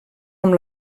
amb